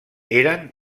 eren